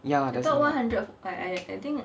ya there's a